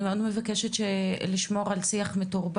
אני מאוד מבקשת מכל אחת לשמור על שיח מתורבת,